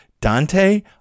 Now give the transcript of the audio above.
Dante